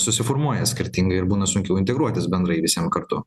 susiformuoja skirtingai ir būna sunkiau integruotis bendrai visiem kartu